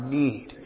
need